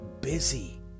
busy